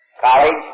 college